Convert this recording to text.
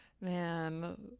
Man